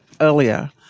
earlier